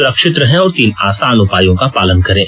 सुरक्षित रहें और तीन आसान उपायों का पालन करें